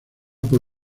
por